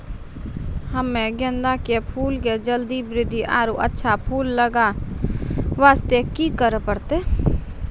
हम्मे गेंदा के फूल के जल्दी बृद्धि आरु अच्छा फूल लगय वास्ते की करे परतै?